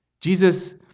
Jesus